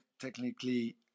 technically